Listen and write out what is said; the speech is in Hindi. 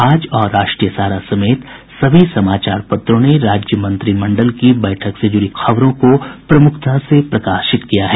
आज और राष्ट्रीय सहारा समेत सभी समाचार पत्रों ने राज्य मंत्रिमंडल की बैठक से जुड़ी खबरों को प्रमुखता से प्रकाशित किया है